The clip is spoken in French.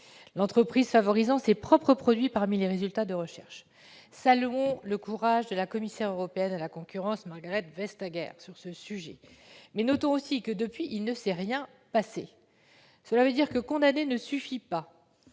l'entreprise favorisant ses propres produits parmi les résultats de recherche. Saluons le courage de la commissaire européenne à la concurrence Margrethe Vestager sur ce sujet. Mais notons aussi que, depuis, il ne s'est rien passé. Cela signifie que condamner ne suffit pas.